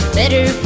better